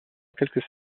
quelque